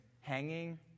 hanging